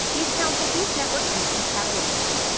beef council, beef network and the beef cattle industry.